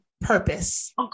purpose